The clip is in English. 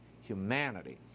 humanity